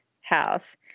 house